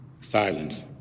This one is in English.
Silence